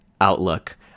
outlook